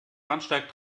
bahnsteig